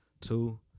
Two